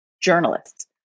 journalists